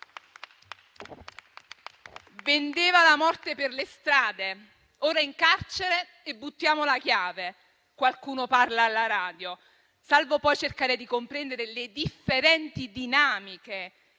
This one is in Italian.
Vendeva la morte per le strade, ora è in carcere e buttiamo la chiave: così qualcuno dice alla radio, salvo poi cercare di comprendere le differenti dinamiche